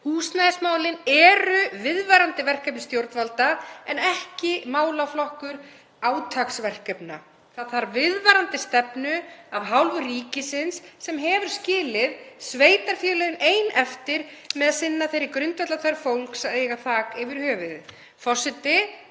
Húsnæðismálin eru viðvarandi verkefni stjórnvalda en ekki málaflokkur átaksverkefna. Það þarf viðvarandi stefnu af hálfu ríkisins sem hefur skilið sveitarfélögin ein eftir með sinna þeirri grundvallarþörf fólks að eiga þak yfir höfuðið. Forseti.